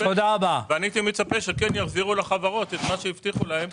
הייתי מצפה שכן יחזירו לחברות את מה שהבטיחו להם,